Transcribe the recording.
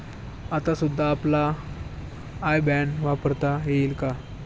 आता सुद्धा आपला आय बॅन वापरता येईल का?